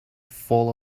full